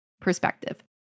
perspective